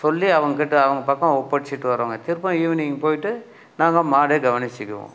சொல்லி அவங்கக்கிட்ட அவங்க பக்கம் ஒப்படைத்துட்டு வரோங்க திருப்ப ஈவினிங் போயிட்டு நாங்கள் மாடை கவனித்துக்குவோம்